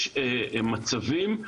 יש מצבים,